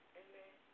amen